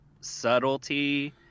subtlety